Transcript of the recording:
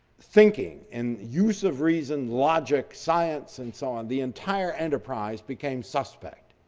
thinking and use of reason, logic, science and so on, the entire enterprise became suspect.